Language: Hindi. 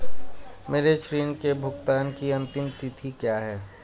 मेरे ऋण के भुगतान की अंतिम तिथि क्या है?